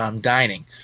dining